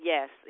Yes